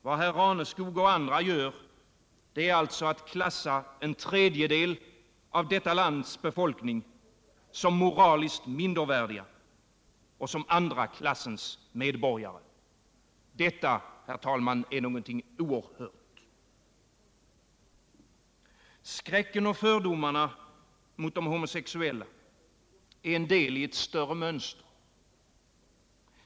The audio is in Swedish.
Vad herr Raneskog och andra gör är alltså att klassa en tredjedel av detta lands befolkning som moraliskt mindervärdiga och som andra klassens medborgare. Detta, herr talman, är något oerhört. Skräcken och fördomarna mot de homosexuella är en del i ett större Nr 93 mönster.